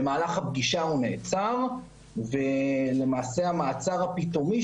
במהלך הפגישה הוא נעצר ולמעשה המעצר הפתאומי